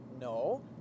no